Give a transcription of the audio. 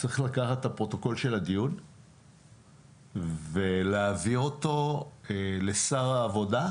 צריך לקחת את הפרוטוקול של הדיון ולהעביר אותו לשר העבודה,